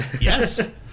yes